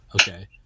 okay